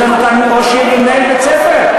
יש ראש עיר ומנהל בית-ספר,